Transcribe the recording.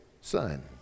son